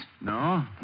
No